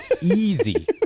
easy